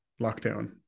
lockdown